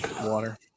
Water